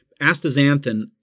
Astaxanthin